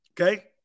Okay